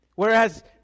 Whereas